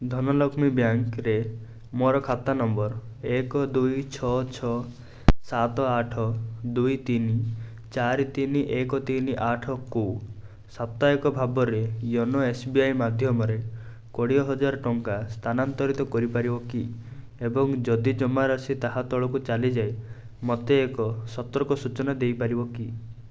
ଧନଲକ୍ଷ୍ମୀ ବ୍ୟାଙ୍କରେ ମୋର ଖାତା ନମ୍ବର୍ ଏକ ଦୁଇ ଛଅ ଛଅ ସାତ ଆଠ ଦୁଇ ତିନି ଚାରି ତିନି ଏକ ତିନି ଆଠକୁ ସାପ୍ତାହିକ ଭାବରେ ୟନ ଏସ୍ ବି ଆଇ ମାଧ୍ୟମରେ କୋଡିଏ ହଜାର ଟଙ୍କା ସ୍ଥାନାନ୍ତରିତ କରିପାରିବ କି ଏବଂ ଯଦି ଜମା ରାସି ତାହା ତଳକୁ ଚାଲିଯାଏ ମୋତେ ଏକ ସତର୍କ ସୂଚନା ଦେଇପାରିବ କି